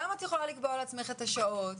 גם את יכולה לקבוע לעצמך את שעות